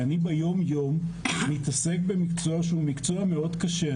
אני ביום יום מתעסק במקצוע שהוא מקצוע מאוד קשה.